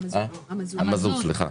מזוט, סליחה.